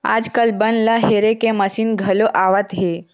आजकाल बन ल हेरे के मसीन घलो आवत हे